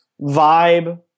vibe